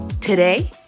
today